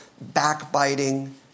backbiting